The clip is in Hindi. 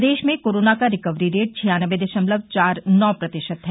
प्रदेश में कोरोना का रिकवरी रेट छियान्नबे दशमलव चार नौ प्रतिशत है